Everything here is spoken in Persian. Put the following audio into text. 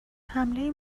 حمله